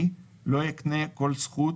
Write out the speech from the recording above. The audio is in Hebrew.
לא יקנה כל זכות